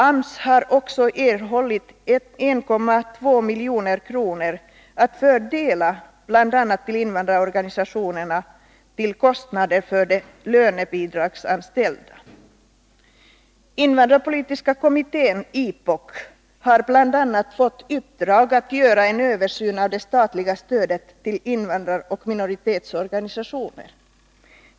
AMS har också erhållit 1,2 milj.kr., att fördela bl.a. till invandrarorganisationerna med anledning av deras kostnader för de lönebidragsanställda. Invandrarpolitiska kommittén, IPOK, har bl.a. fått i uppdrag att göra en översyn av det statliga stödet till invandraroch minoritetsorganisationer.